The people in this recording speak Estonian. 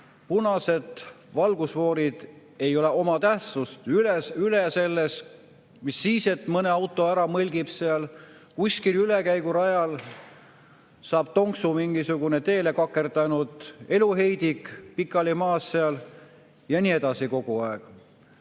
punased valgusfoorid ei oma tähtsust, üle sellest, mis siis, et mõne auto ära mõlgib seal. Kuskil ülekäigurajal saab tonksu mingisugune teele kakerdanud eluheidik, pikali maas seal, ja nii edasi kogu aeg.